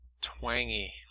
Twangy